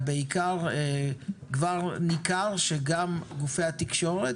כבר ניכר שגם גופי התקשורת